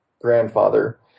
grandfather